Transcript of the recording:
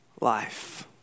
life